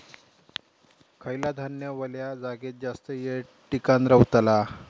खयला धान्य वल्या जागेत जास्त येळ टिकान रवतला?